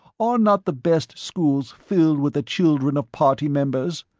are not the best schools filled with the children of party members?